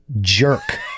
jerk